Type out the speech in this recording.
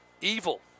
evil